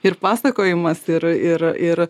ir pasakojimas ir ir ir